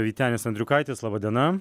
vytenis andriukaitis laba diena